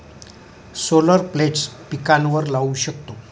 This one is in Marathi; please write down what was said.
सोलर प्लेट्स पिकांवर लाऊ शकतो